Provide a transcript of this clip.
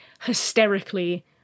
hysterically